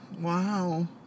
Wow